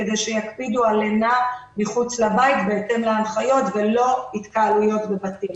כדי שיקפידו על לינה מחוץ לבית בהתאם להנחיות ולא התקהלויות בבתים.